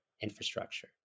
infrastructure